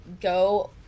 go